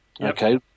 okay